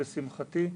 לשמחתי.